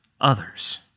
others